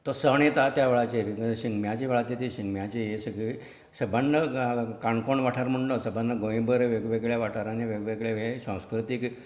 तो सण येता त्या वेळाचेर म्हळ्यार शिगम्याच्या वेळाचेर जे शिगम्याचे हें सगळें सबंद काणकोण वाठारांत म्हूण न्हू सबंद गोंयभर वेगवेगळ्यां वाठारांनी वेगवेगळे हें संस्कृतीक